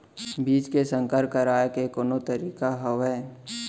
बीज के संकर कराय के कोनो तरीका हावय?